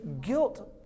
guilt